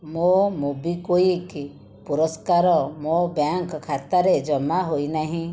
ମୋ ମୋବିକ୍ଵିକ୍ ପୁରସ୍କାର ମୋ ବ୍ୟାଙ୍କ ଖାତାରେ ଜମା ହୋଇନାହିଁ